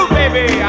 baby